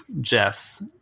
Jess